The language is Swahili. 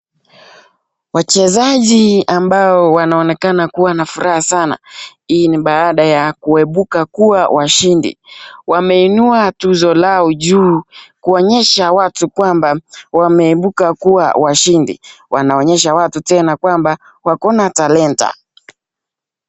Wachezaji ambao wanaonekana kuwa na furaha sana. Hii ni baada ya kuibuka kuwa washindi. Wameinua tuzo lao juu kuonyesha watu kwamba wameibuka kuwa washindi, wanaonyesha watu tena kwamba wako na talanta.